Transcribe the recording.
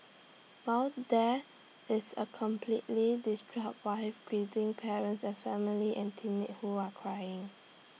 while there is A completely distraught wife grieving parents and family and teammates who are crying